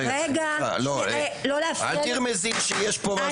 אל תרמזי שיש פה משהו אחר.